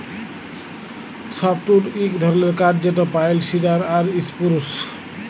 softwood ইক ধরলের কাঠ যেট পাইল, সিডার আর ইসপুরুস